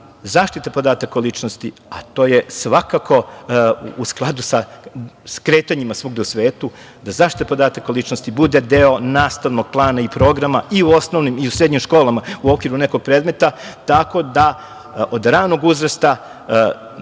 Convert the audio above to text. zaštita podataka o ličnosti, a to je svakako u skladu sa kretanjima svuda u svetu, da zaštita podataka o ličnosti bude deo nastavnog plana i programa i u osnovnim i u srednjim školama u okviru nekog predmeta tako da od ranog uzrasta